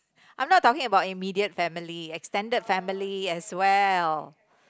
I'm not talking about immediate family extended family as well